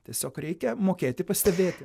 tiesiog reikia mokėti pastebėti